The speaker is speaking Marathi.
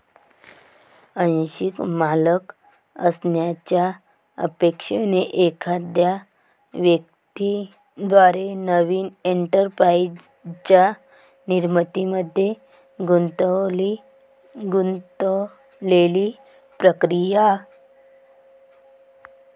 आंशिक मालक असण्याच्या अपेक्षेने एखाद्या व्यक्ती द्वारे नवीन एंटरप्राइझच्या निर्मितीमध्ये गुंतलेली प्रक्रिया